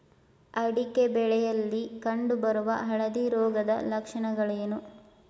ಅಡಿಕೆ ಬೆಳೆಯಲ್ಲಿ ಕಂಡು ಬರುವ ಹಳದಿ ರೋಗದ ಲಕ್ಷಣಗಳೇನು?